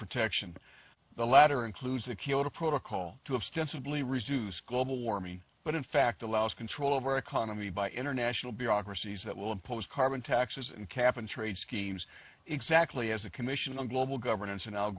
protection the latter includes the kyoto protocol to extensively reduce global warming but in fact allows control of our economy by international bureaucracies that will impose carbon taxes and cap and trade schemes exactly as a commission on global governance and al